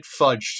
fudged